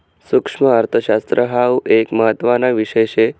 सुक्ष्मअर्थशास्त्र हाउ एक महत्त्वाना विषय शे